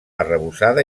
arrebossada